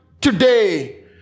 today